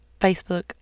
Facebook